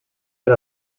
per